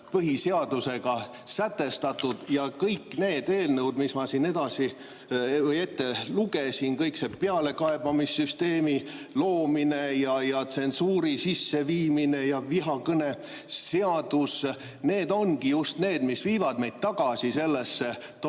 põhiseaduses sätestatud. Kõik need eelnõud, mis ma siin ette lugesin – pealekaebamissüsteemi loomine, tsensuuri sisseviimine ja vihakõneseadus –, ongi just need, mis viivad meid tagasi